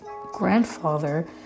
grandfather